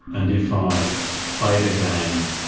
and if i play the game